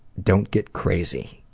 don't get crazy.